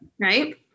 Right